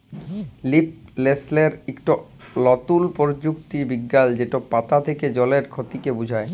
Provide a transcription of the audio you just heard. leaf সেলসর ইকট লতুল পরযুক্তি বিজ্ঞাল যেট পাতা থ্যাকে জলের খতিকে বুঝায়